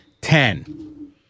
Ten